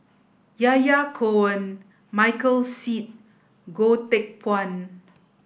Yahya Cohen Michael Seet Goh Teck Phuan